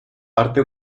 parte